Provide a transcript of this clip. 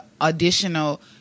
additional